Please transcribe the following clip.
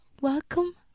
welcome